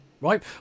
Right